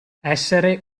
essere